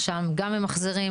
שם גם ממחזרים.